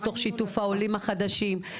תוך שיתוף העולים החדשים,